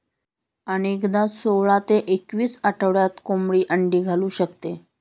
अनेकदा सोळा ते एकवीस आठवड्यात कोंबडी अंडी घालू शकते